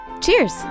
Cheers